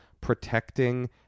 protecting